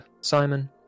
Simon